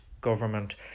government